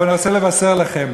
אבל אני רוצה לבשר לכם: